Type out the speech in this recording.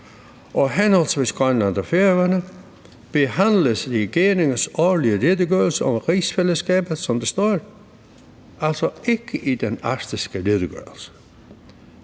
og henholdsvis Grønland og Færøerne, behandles i regeringens årlige redegørelse om rigsfællesskabet«, som der står – altså ikke i den arktiske redegørelse